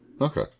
Okay